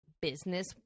business